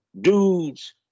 Dudes